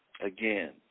Again